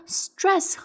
stress